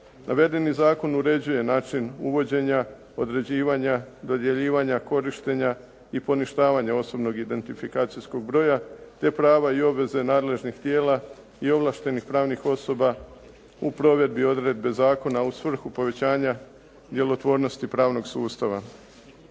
Navedeni zakon uređuje način uvođenja, određivanja, dodjeljivanja, korištenja i poništavanja osobnog identifikacijskog broja te prava i obveze nadležnih tijela i ovlaštenih pravnih osoba u provedbi odredbe zakona u svrhu povećanja djelotvornosti pravnog sustava.